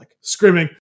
screaming